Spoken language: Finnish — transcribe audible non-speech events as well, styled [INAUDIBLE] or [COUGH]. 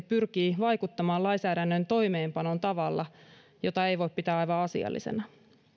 [UNINTELLIGIBLE] pyrkii vaikuttamaan lainsäädännön toimeenpanoon tavalla jota ei voi pitää aivan asiallisena